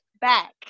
back